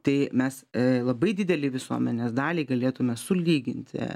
tai mes labai didelei visuomenės daliai galėtume sulyginti